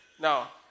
Now